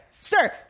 Sir